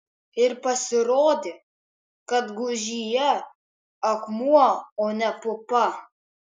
ir pasirodė kad gūžyje akmuo o ne pupa